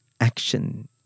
Action